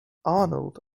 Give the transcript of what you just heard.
arnold